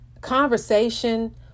Conversation